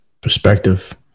perspective